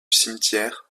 cimetière